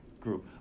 group